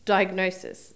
Diagnosis